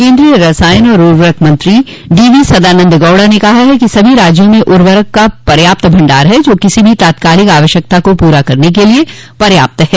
केन्द्रीय रसायन और उर्वरक मंत्री डीवी सदानंद गौड़ा ने कहा है कि सभी राज्यों में उर्वरक का पर्याप्त भंडार है जो किसी भी तात्कालिक आवश्यकता को पूरा करने के लिए पर्याप्त है